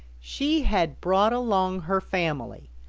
she had brought along her family,